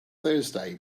thursday